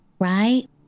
right